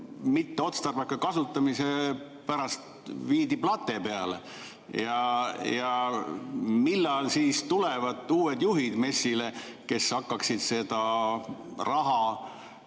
mitteotstarbeka kasutamise pärast viidi plate peale. Millal siis tulevad uued juhid MES-ile, kes hakkaksid seda raha